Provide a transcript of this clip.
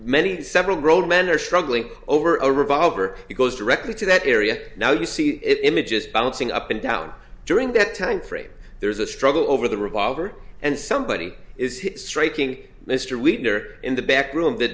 many several grown men are struggling over a revolver he goes directly to that area now you see it images bouncing up and down during that time frame there's a struggle over the revolver and somebody is striking mr winter in the back room